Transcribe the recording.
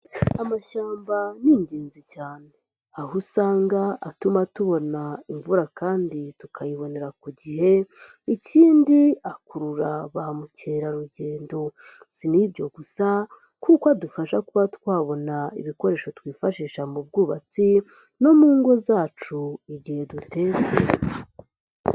Amashyamba ni ingenzi cyane. Aho usanga atuma tubona imvura kandi tukayibonera ku gihe, ikindi akurura ba mukerarugendo. Si n'ibyo gusa kuko adufasha kuba twabona ibikoresho twifashisha mu bwubatsi no mu ngo zacu igihe dutetse.